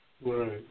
right